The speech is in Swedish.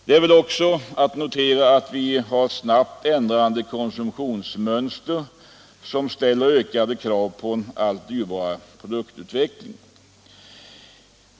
Det är också att notera att vi har ett konsumtionsmönster i snabb förändring, som ställer krav på en allt dyrbarare produktutveckling.